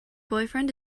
boyfriend